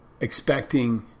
expecting